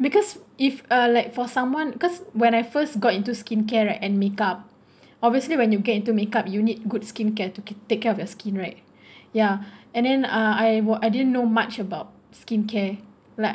because if uh like for someone cause when I first got into skincare right and makeup obviously when you get into make up you need good skincare to take care of your skin right ya and then uh I was I didn't know much about skincare like